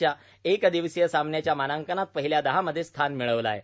च्या एक दिवसीय सामन्यांच्या मानांकनात पहिल्या दहा मध्ये स्थान मिळवलं आहे